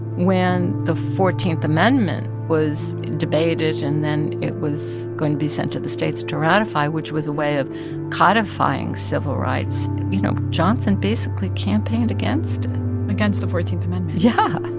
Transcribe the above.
when the fourteenth amendment was debated and then it was going to be sent to the states to ratify, which was a way of codifying civil rights you know, johnson basically campaigned against against the fourteenth amendment yeah wow